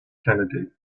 kennedy